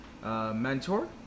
Mentor